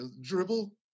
Dribble